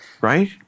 Right